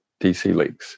DCLeaks